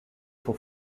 for